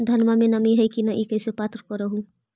धनमा मे नमी है की न ई कैसे पात्र कर हू?